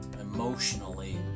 emotionally